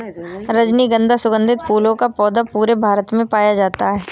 रजनीगन्धा सुगन्धित फूलों वाला पौधा पूरे भारत में पाया जाता है